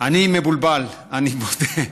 אני מבולבל, אני מודה.